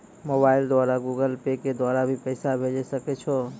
Mobile द्वारा Google Pay के द्वारा भी पैसा भेजै सकै छौ?